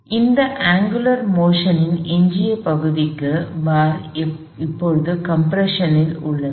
எனவே இந்த அங்குலர் மோஷனின் எஞ்சிய பகுதிக்கு பார் இப்போது கம்ப்ரஷன் ல் உள்ளது